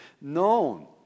known